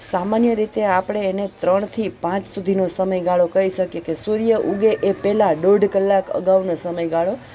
સામાન્ય રીતે આપણે એને ત્રણથી પાંચ સુધીનો સમયગાળો કહી શકીએ કે સૂર્ય ઉગે એ પહેલાં દોઢ કલાક અગાઉનો સમયગાળો